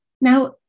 Now